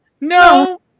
no